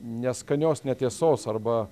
neskanios netiesos arba